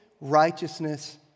righteousness